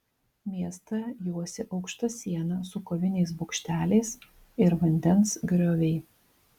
miestą juosė aukšta siena su koviniais bokšteliais ir vandens grioviai